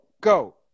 go